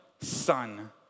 Son